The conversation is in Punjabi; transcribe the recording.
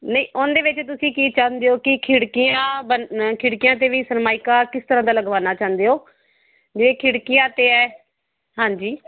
ਨਹੀਂ ਉਹਦੇ ਵਿੱਚ ਤੁਸੀਂ ਕੀ ਚਾਹੁੰਦੇ ਹੋ ਕੀ ਖਿੜਕੀਆਂ ਬਨ ਖਿੜਕੀਆਂ ਅਤੇ ਵੀ ਸਰਮਾਇਕਾ ਕਿਸ ਤਰ੍ਹਾਂ ਦਾ ਲਗਵਾਉਣਾ ਚਾਹੁੰਦੇ ਹੋ ਜਿਵੇਂ ਖਿੜਕੀਆਂ ਅਤੇ ਹੈ ਹਾਂਜੀ